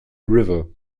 river